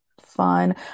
fun